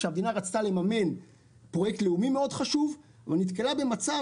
כשהמדינה רצתה לממן פרויקט לאומי מאוד חשוב או כשנתקלה במצב